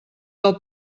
del